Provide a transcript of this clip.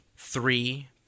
Three